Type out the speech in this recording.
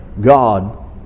God